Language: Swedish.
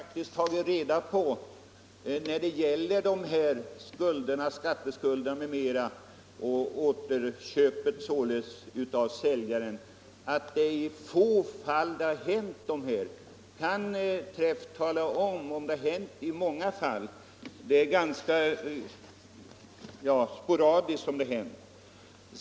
Herr talman! När det gäller de här skatteskulderna m.m. och säljarens återköp har jag faktiskt tagit reda på att det är i få fall det har hänt något sådant. Kan herr Träff tala om, om det har hänt många gånger? Jag tror att det rör sig om ganska sporadiska händelser.